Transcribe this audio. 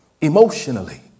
emotionally